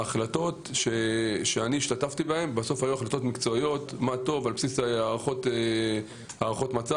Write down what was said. ההחלטות בהן אני השתתפתי היו החלטות מקצועיות על בסיס הערכות מצב.